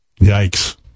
Yikes